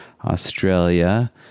Australia